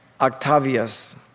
Octavius